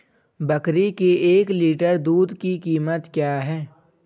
बकरी के एक लीटर दूध की कीमत क्या है?